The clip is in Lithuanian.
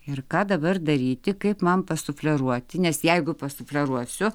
ir ką dabar daryti kaip man pasufleruoti nes jeigu pasufleruosiu